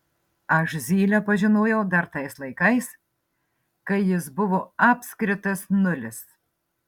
aš zylę pažinojau dar tais laikais kai jis buvo apskritas nulis